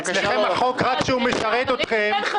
אבל אפשר לבקר יועצים משפטיים, זה בסדר.